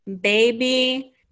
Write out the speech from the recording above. baby